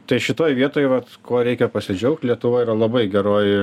tai šitoj vietoj vat ko reikia pasidžiaugt lietuva yra labai geroj